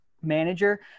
manager